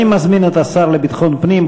אני מזמין את השר לביטחון הפנים,